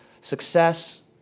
success